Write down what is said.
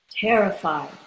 Terrified